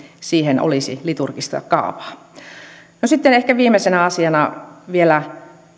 siihen olisi liturgista kaavaa sitten ehkä viimeisenä asiana vielä